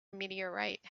meteorite